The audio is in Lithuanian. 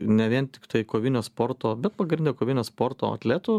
ne vien tiktai kovinio sporto bet pagrinde kovinio sporto atletų